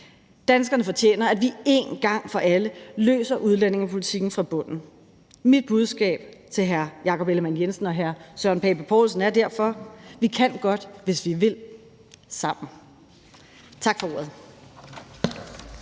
Danskerne fortjener, at vi en gang for alle løser udlændingepolitikken fra bunden. Mit budskab til hr. Jakob Ellemann-Jensen og hr. Søren Pape Poulsen er derfor: Vi kan godt, hvis vi vil sammen. Tak for ordet.